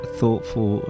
thoughtful